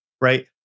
right